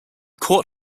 court